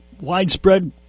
Widespread